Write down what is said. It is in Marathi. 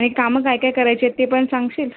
नाही कामं काय काय करायचे आहेत ते पण सांगशील